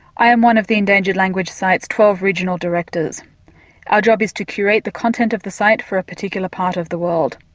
i am one of the endangered language sites twelve regional directors our job is to curate the content of the site for a particular part of the world.